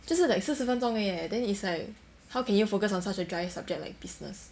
就是 like 四十分钟而已 eh then it's like how can you focus on such a dry subject like business